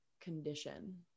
condition